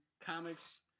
comics